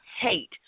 hate